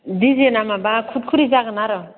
डिजेना माबा खुतखुरि